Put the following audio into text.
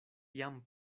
jam